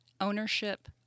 Ownership